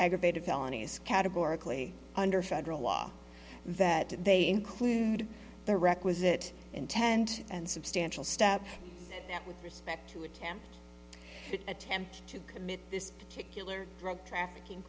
aggravated felonies categorically under federal law that they include the requisite intent and substantial stop with respect to attempt to attempt to commit this particular drug trafficking